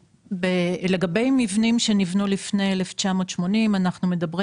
לגבי מבנים שנבנו לפני 1980 אנחנו מדברים